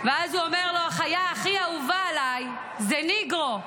ואז הוא אומר לו: החיה הכי אהובה עליי זה ניגרו,